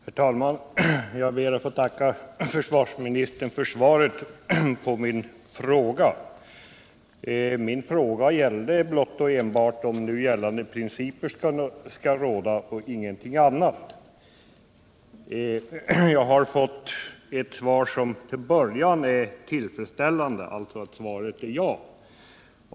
Herr talman! Jag ber att få tacka försvarsministern för svaret på min fråga. Min fråga gällde blott och bart om nu gällande principer skall råda och ingenting annat. Jag har fått ett svar som till en början är tillfredsställande, alltså svaret ja.